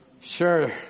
Sure